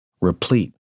replete